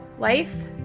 Life